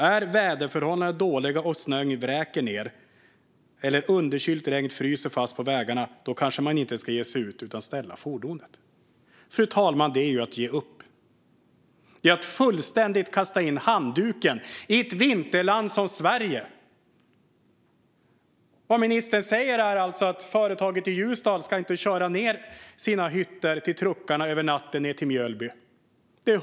"Är väderförhållandena dåliga, om snön vräker ned eller underkylt regn fryser fast på vägarna, ska man kanske inte ge sig ut utan ställa fordonet." Fru talman! Detta är ju att ge upp. Det är att fullständigt kasta in handduken i ett vinterland som Sverige. Vad ministern säger är alltså att företaget i Ljusdal inte ska köra ned sina hytter till truckarna i Mjölby över natten.